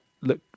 look